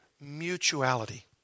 Mutuality